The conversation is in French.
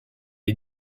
est